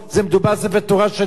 מדובר על ספר תורה שלנו,